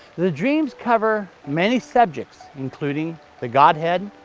the dreams cover many subjects, including the godhead,